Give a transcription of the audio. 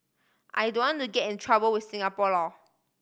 I don't to get in trouble with Singapore law